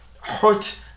hurt